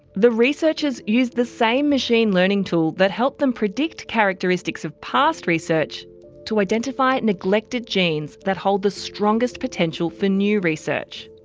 the researchers used the same machine learning tool that helped them predict characteristics of past research to identify neglected genes that hold the strongest potential for new research.